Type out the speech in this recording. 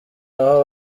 aho